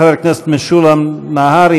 חבר הכנסת משולם נהרי,